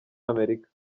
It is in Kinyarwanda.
amerika